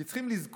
כי צריכים לזכור